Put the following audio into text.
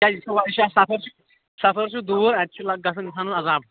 کیٛاز یہِ چھُوا یہِ سفرچھُ سفر چھُ دوٗر اَتہِ چھِ لگان گژھَان اِنسانس عذاب